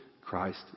Christ